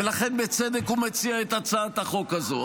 ולכן בצדק הוא מציע את הצעת החוק הזו.